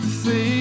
see